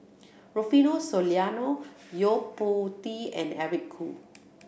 Rufino Soliano Yo Po Tee and Eric Khoo